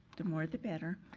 the more, the better.